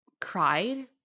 cried